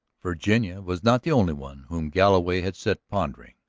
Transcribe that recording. virginia was not the only one whom galloway had set pondering